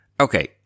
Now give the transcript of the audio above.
Okay